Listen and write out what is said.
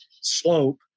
slope